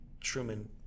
Truman